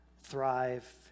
thrive